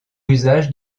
usage